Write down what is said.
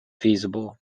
feasible